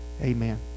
Amen